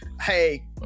hey